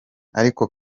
ariko